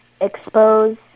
expose